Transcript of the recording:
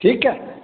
ठीक है